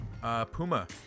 Puma